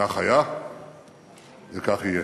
כך היה וכך יהיה.